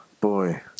boy